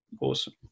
Awesome